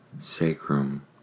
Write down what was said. sacrum